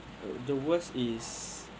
the worst is